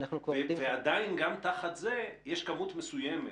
ועדיין גם תחת זה יש כמות מסוימת